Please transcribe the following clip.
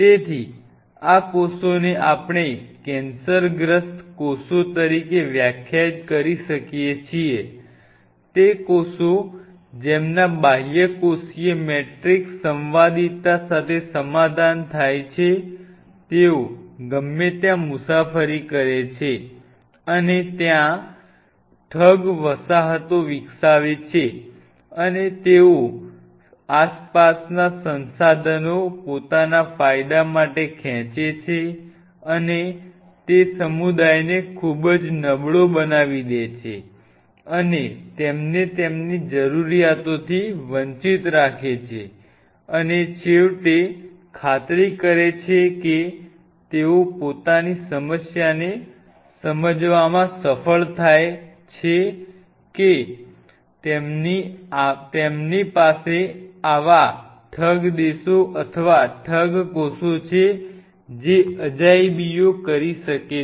તેથી આ કોષોને આપણે કેન્સરગ્રસ્ત કોષો તરીકે વ્યાખ્યાયિત કરી શકીએ છીએ તે કોષો જેમના બાહ્યકોષીય મેટ્રિક્સ સંવાદિતા સાથે સમાધાન થાય છે તેઓ ગમે ત્યાં મુસાફરી કરે છે અને ત્યાં ઠગ વસાહતો વિકસાવે છે અને તેઓ આસપાસના સંસાધનો પોતાના ફાયદા માટે ખેંચે છે અને તે સમુદાયને ખૂબ જ નબળૉ બનાવી દે છે અને તેમને તેમની જરૂરીયાતોથી વંચિત રાખે છે અને છેવટે ખાતરી કરે છે કે તેઓ પોતાની સમસ્યાને સમજવામાં સફળ થાય છે કે તેમની પાસે આવા ઠગ દેશો અથવા ઠગ કોષો છે જે અજાયબીઓ કરી શકે છે